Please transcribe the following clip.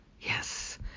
Yes